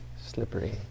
Slippery